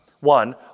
One